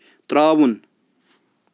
ترٛاوُن